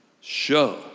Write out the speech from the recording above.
Show